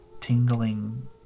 tingling